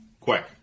quick